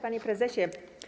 Panie Prezesie!